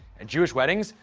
at jewish weddings,